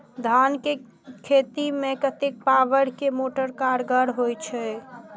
धान के खेती में कतेक पावर के मोटर कारगर होई छै?